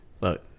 look